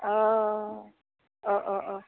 अ अ अ अ